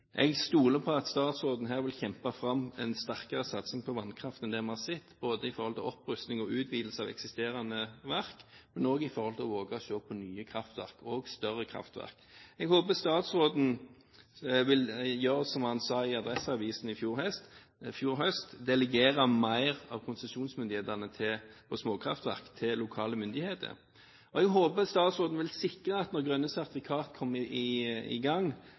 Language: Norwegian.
Jeg stoler på at statsråden her vil kjempe fram en sterkere satsing på vannkraft enn det vi har sett ikke bare når det gjelder opprustning og utvidelse av eksisterende verk, men også når det gjelder å våge å se på nye kraftverk og større kraftverk. Jeg håper statsråden vil gjøre som han sa i Adresseavisen i fjor høst: delegere mer av konsesjonsmyndighetene for småkraftverk til lokale myndigheter. Og jeg håper at statsråden når grønne sertifikater kommer i gang, vil sikre at vi ikke får en propp i